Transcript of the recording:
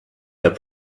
their